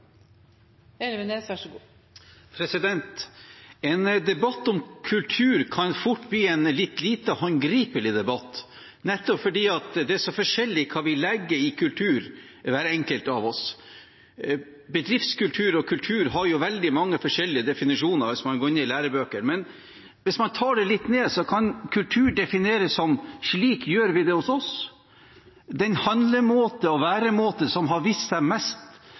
så forskjellig hva hver enkelt av oss legger i kultur. Bedriftskultur og kultur har veldig mange forskjellige definisjoner hvis man ser i lærebøkene, men hvis man tar det litt ned, kan kultur defineres som: Slik gjør vi det hos oss. Den handlemåte og den væremåte som har vist seg mest